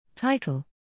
Title